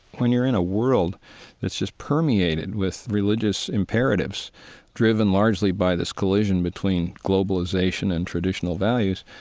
when you're in a world that's just permeated with religious imperatives driven largely by this collision between globalization and traditional values,